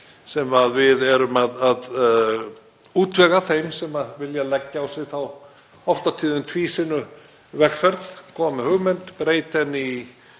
sem við erum að útvega þeim sem vilja leggja á sig þá oft á tíðum tvísýnu vegferð að koma með hugmynd, þróa